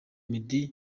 meddy